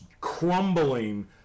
crumbling